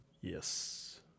Yes